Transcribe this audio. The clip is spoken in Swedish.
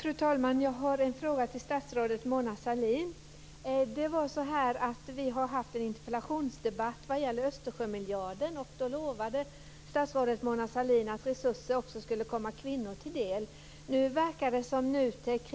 Fru talman! Jag har en fråga till statsrådet Mona Vi har haft en interpellationsdebatt om Östersjömiljarden. Då lovade statsrådet Mona Sahlin att resurser också skulle komma kvinnor till del. Nu verkar det som att NUTEK